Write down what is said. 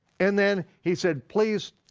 and then he said, please,